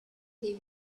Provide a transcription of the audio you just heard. they